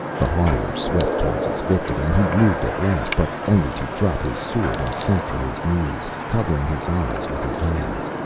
the horror swept toward its victim and he moved at last, but only to drop his sword and sink to his knees, covering his eyes with his hands.